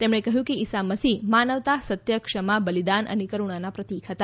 તેમણે કહ્યું કે ઇસા મસીફ માનવતા સત્ય ક્ષમા બલિદાન અને કરુણાના પ્રતિક હતા